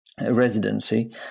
residency